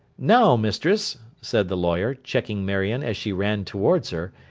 now, mistress said the lawyer, checking marion as she ran towards her,